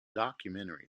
documentary